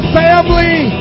family